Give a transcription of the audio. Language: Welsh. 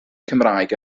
cymraeg